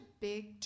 big